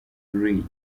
lee